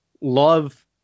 love